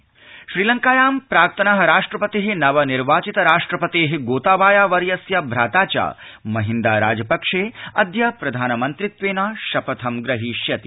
श्रीलंका प्रधानमन्त्री श्रीलंकायां प्राक्तनः राष्ट्रपतिः नवनिर्वाचित राष्ट्रपतेः गोताबाया वर्यस्य भ्राता च महिन्दा राजपक्षे अद्य प्रधानमन्त्रित्वेन शपथं ग्रहीष्यति